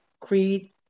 creed